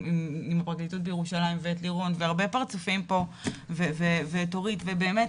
הפרקליטות בירושלים ואת לירון והרבה פרצופים פה ואת אורית ובאמת,